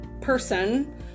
person